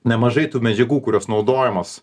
nemažai tų medžiagų kurios naudojamos